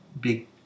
big